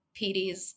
PDs